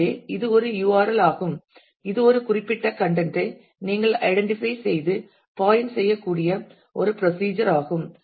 எனவே இது ஒரு URL ஆகும் இது ஒரு குறிப்பிட்ட கன்டென்ட் ஐ நீங்கள் ஐடென்ட்டிபை செய்து பாயின்ட் செய்யக்கூடிய ஒரு புரோசீஜர் ஆகும்